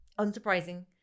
unsurprising